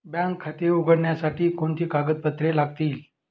Bank खाते उघडण्यासाठी कोणती कागदपत्रे लागतील?